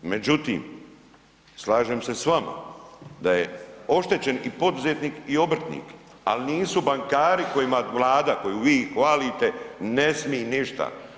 Međutim, slažem se s vama da je oštećen i poduzetnik i obrtnik, ali nisu bankarima kojima Vlada, koju vi hvalite, ne smi ništa.